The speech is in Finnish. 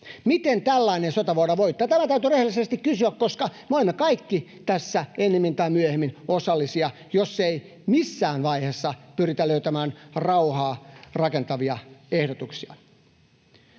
Miten tällainen sota voidaan voittaa? Tätä täytyy rehellisesti kysyä, koska me olemme kaikki tässä ennemmin tai myöhemmin osallisia, jos ei missään vaiheessa pyritä löytämään rauhaa rakentavia ehdotuksia.